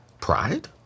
Pride